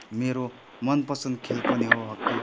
मेरो मनपसन्द खेल पनि हो हकी